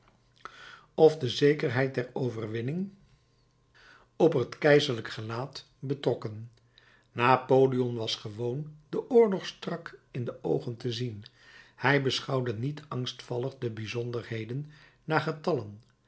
of de zekerheid der overwinning op het keizerlijk gelaat betrokken napoleon was gewoon den oorlog strak in de oogen te zien hij beschouwde niet angstvallig de bijzonderheden naar getallen